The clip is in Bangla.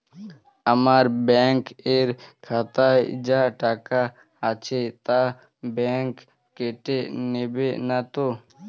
আমার ব্যাঙ্ক এর খাতায় যা টাকা আছে তা বাংক কেটে নেবে নাতো?